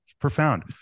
profound